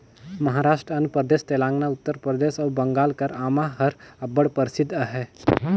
महारास्ट, आंध्र परदेस, तेलंगाना, उत्तर परदेस अउ बंगाल कर आमा हर अब्बड़ परसिद्ध अहे